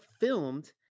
filmed